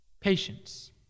Patience